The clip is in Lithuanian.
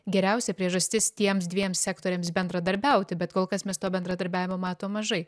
geriausia priežastis tiems dviem sektoriams bendradarbiauti bet kol kas miesto bendradarbiavimo matom mažai